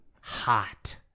hot